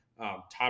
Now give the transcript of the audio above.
top